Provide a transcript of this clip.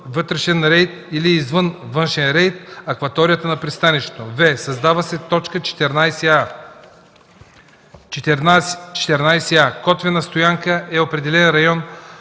(вътрешен рейд) или извън (външен рейд) акваторията на пристанището”; в) създава се т. 14а: „14а. „Котвена стоянка” е определен район